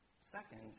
Second